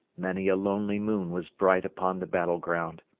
many a lonely moon was bright upon the battle-ground,